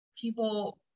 people